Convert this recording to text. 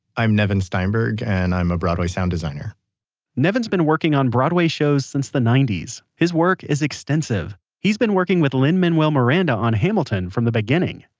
i'm nevin steinberg and i'm a broadway sound designer nevin's been working on broadway shows since the ninety s. his work is extensive. he's been working with lin-manuel miranda on hamilton from the beginning,